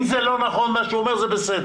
אם זה לא נכון מה שהוא אומר זה בסדר,